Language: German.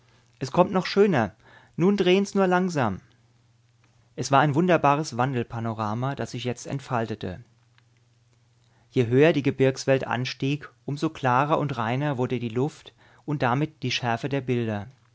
es kommt noch schöner nun drehens nur langsam es war ein wunderbares wandelpanorama das sich jetzt entfaltete je höher die gebirgswelt anstieg um so klarer und reiner wurde die luft und damit die schärfe der bilder